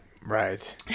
Right